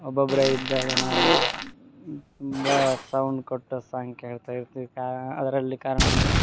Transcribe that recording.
ಒಬ್ರೊಬ್ಬರೆ ಇದ್ದಾಗ ನಾವು ತುಂಬ ಸೌಂಡ್ ಕೊಟ್ಟು ಸಾಂಗ್ ಕೇಳ್ತಾ ಇರ್ತೀವಿ ಕಾರ್ಣ ಅದರಲ್ಲಿ ಕಾರಣವನ್ನು